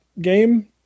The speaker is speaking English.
game